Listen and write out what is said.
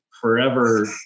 forever